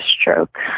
stroke